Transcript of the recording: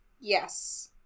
Yes